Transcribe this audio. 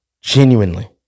genuinely